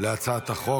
להצעת החוק.